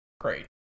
great